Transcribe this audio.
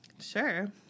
Sure